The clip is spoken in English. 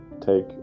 take